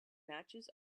matches